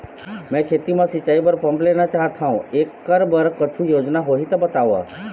मैं खेती म सिचाई बर पंप लेना चाहत हाव, एकर बर कुछू योजना होही त बताव?